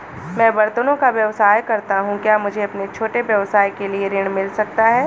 मैं बर्तनों का व्यवसाय करता हूँ क्या मुझे अपने छोटे व्यवसाय के लिए ऋण मिल सकता है?